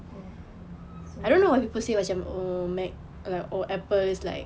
ya so